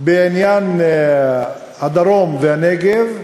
בעניין הדרום והנגב,